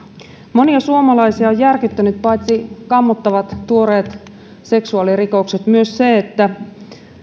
monia suomalaisia ovat järkyttäneet paitsi kammottavat tuoreet seksuaalirikokset myös se että